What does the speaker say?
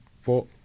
four